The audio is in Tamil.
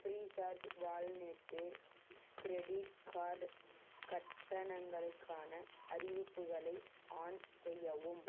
ஃப்ரீசார்ஜ் வால்லெட்டில் க்ரெடிட் கார்டு கட்டணங்களுக்கான அறிவிப்புகளை ஆன் செய்யவும்